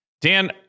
Dan